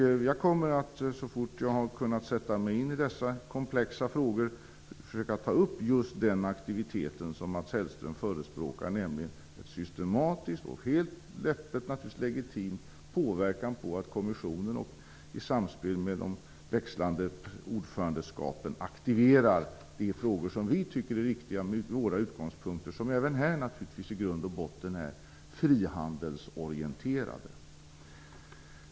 Jag kommer så fort jag har kunnat sätta mig in i dessa komplexa frågor att försöka ta upp just den aktivitet som Mats Hellström förespråkar, nämligen en systematisk, helt öppen och naturligtvis legitim påverkan på kommissionen att i samspel med de växlande ordförandeskapen aktivera de frågor som vi från våra utgångspunkter tycker är viktiga, frågor som naturligtvis även här i grunden är frihandelsorienterade.